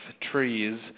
trees